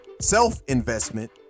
self-investment